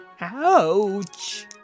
Ouch